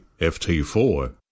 FT4